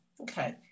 Okay